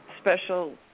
special